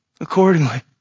accordingly